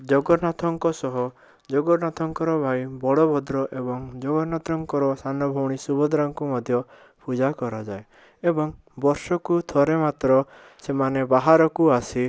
ଜଗନ୍ନାଥଙ୍କ ସହ ଜଗନ୍ନାଥଙ୍କର ଭାଇ ବଳଭଦ୍ର ଏବଂ ଜଗନ୍ନାଥଙ୍କର ସାନ ଭଉଣୀ ସୁଭଦ୍ରାଙ୍କୁ ମଧ୍ୟ ପୂଜା କରାଯାଏ ଏବଂ ବର୍ଷକୁ ଥରେ ମାତ୍ର ସେମାନେ ବାହାରକୁ ଆସି